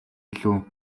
илүү